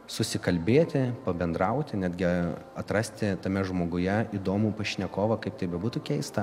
susikalbėti pabendrauti netgi atrasti tame žmoguje įdomų pašnekovą kaip tai bebūtų keista